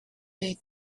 they